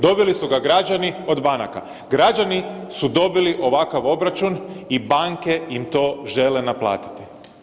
Dobili su ga građani od banaka, građani su dobili ovakav obračun i banke im to žele naplatiti.